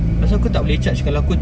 oh tak boleh ah